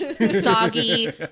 Soggy